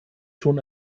schon